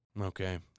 Okay